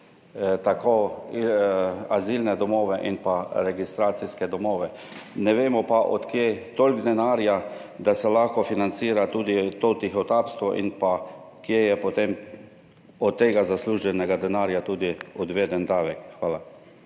tako azilne domove in pa registracijske domove, ne vemo pa od kje toliko denarja, da se lahko financira tudi to tihotapstvo in pa kje je potem od tega zasluženega denarja tudi odveden davek. Hvala.